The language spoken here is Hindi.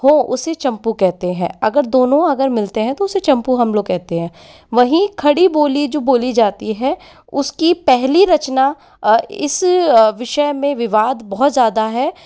हो उसे चंपू कहते है अगर दोनों अगर मिलते हैं तो उसे चंपू हम लोग कहते है वहीं खड़ी बोली जो बोली जाती है उसकी पहली रचना और इस विषय में विवाद बहुत ज़्यादा है